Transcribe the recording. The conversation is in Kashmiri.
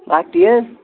لَکٹے حظ